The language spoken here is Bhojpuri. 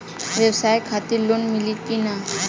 ब्यवसाय खातिर लोन मिली कि ना?